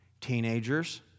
Teenagers